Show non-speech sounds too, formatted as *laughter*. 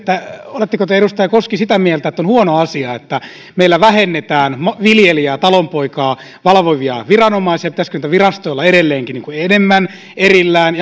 oletteko te edustaja koski sitä mieltä että on huono asia että meillä vähennetään viljelijää talonpoikaa valvovia viranomaisia pitäisikö niitä virastoja olla edelleenkin enemmän erillään *unintelligible*